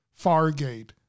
Fargate